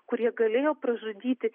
kurie galėjo pražudyti